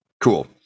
Cool